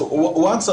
וואנס,